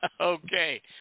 Okay